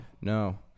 No